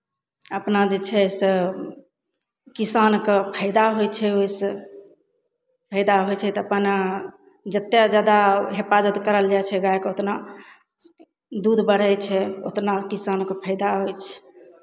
अपना जे छै से किसानकेँ फायदा होइ छै ओहिसँ फायदा होइ छै तऽ अपन जतेक जादा हिफाजत करल जाइ छै गायके ओतना दूध बढ़ै छै ओतना किसानकेँ फायदा होइ छै